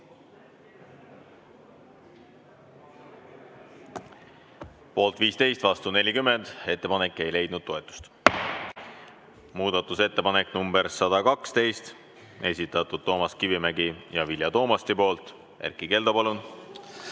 Poolt 15, vastu 40. Ettepanek ei leidnud toetust. Muudatusettepanek nr 112, esitanud Toomas Kivimägi ja Vilja Toomast. Erkki Keldo, palun!